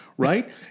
Right